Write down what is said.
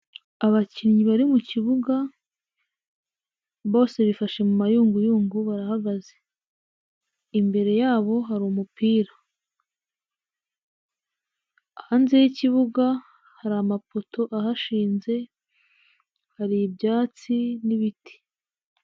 Abakinnyi bari mu kibuga bose bifashe mu mayunguyungu, imbere yabo hari ikibuga hari amapoto ahashinze hari ibyatsi n'ibiti.